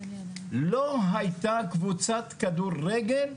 לא היתה קבוצת כדורגל,